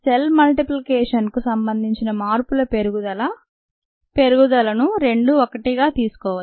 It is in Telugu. సెల్ మల్టిప్లికేషన్కు సంబంధించిన మార్పుల పెరుగుదుల పెరుగుదలను రెండు ఒకటిగా తీసుకోవచ్చు